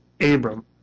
Abram